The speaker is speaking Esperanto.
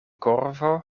korvo